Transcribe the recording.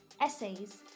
essays